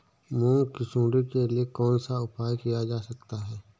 मूंग की सुंडी के लिए कौन सा उपाय किया जा सकता है?